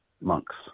monks